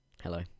hello